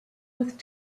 with